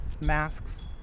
masks